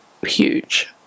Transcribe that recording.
huge